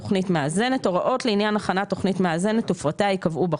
תוכנית מאזנת); הוראות לעניין הכנת תוכנית מאזנת ופרטיה ייקבעו בחוק,